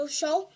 Show